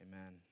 amen